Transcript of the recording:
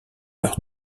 leur